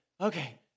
okay